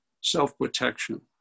self-protection